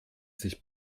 sich